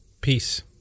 Peace